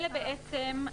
אלה בעצם,